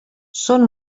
són